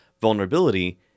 vulnerability